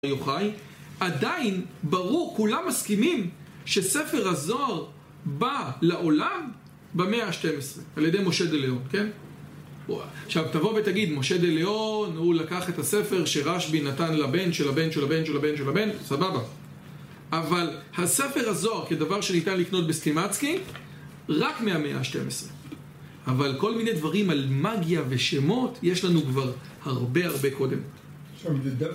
עדיין ברור כולם מסכימים שספר הזוהר בא לעולם במאה ה-12 על ידי משה דליאון, כן? עכשיו תבוא ותגיד משה דליאון הוא לקח את הספר שרשב"י נתן לבן של הבן של הבן של הבן של הבן סבבה אבל הספר הזוהר כדבר שניתן לקנות בסטימצקי רק מהמאה ה-12 אבל כל מיני דברים על מגיה ושמות יש לנו כבר הרבה הרבה קודם